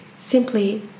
Simply